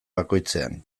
bakoitzean